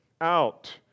out